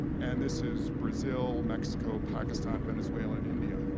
and this is brazil, mexico, pakistan, venezuela, and india.